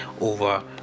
over